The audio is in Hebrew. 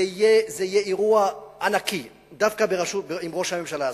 זה יהיה אירוע ענקי, דווקא עם ראש הממשלה הזה.